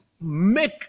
make